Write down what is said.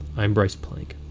i'm bryce plank.